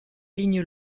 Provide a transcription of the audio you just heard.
ligne